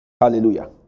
Hallelujah